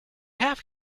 have